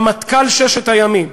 רמטכ"ל ששת הימים,